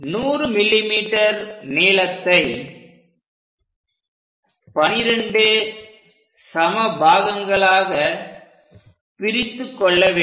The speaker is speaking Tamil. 100 மில்லி மீட்டர் நீளத்தை 12 சம பாகங்களாக பிரித்துக் கொள்ள வேண்டும்